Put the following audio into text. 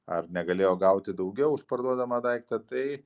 ar negalėjo gauti daugiau už parduodamą daiktą tai